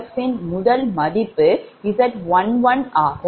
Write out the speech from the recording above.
Zbus யின் முதல் மதிப்பு Z11 ஆகும்